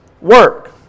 work